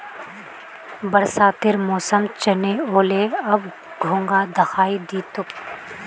बरसातेर मौसम चनइ व ले, अब घोंघा दखा दी तोक